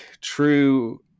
true